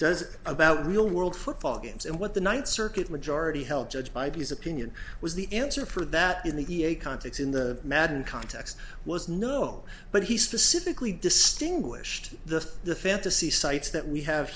does about real world football games and what the ninth circuit majority held judge by his opinion was the answer for that in the context in the madden context was no but he specifically distinguished the the fantasy sites that we have